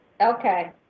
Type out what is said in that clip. Okay